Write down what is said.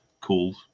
called